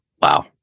wow